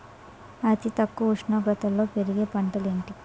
అతి తక్కువ ఉష్ణోగ్రతలో పెరిగే పంటలు ఏంటి?